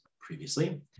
previously